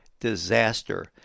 disaster